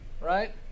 Right